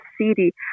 city